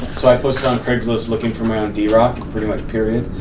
so i posted on craigslist looking for my own d-rock, pretty much period.